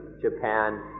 Japan